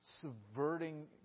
subverting